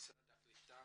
ולמשרד הקליטה